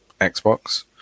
Xbox